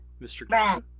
Mr